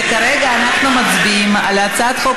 וכרגע אנחנו מצביעים על הצעת חוק,